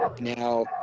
now